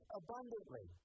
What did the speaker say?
abundantly